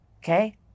okay